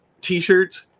t-shirts